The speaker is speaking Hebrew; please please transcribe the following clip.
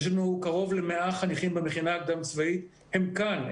יש לנו קרוב ל-100 חניכים במכינה הקדם צבאית הם כאן.